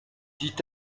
dit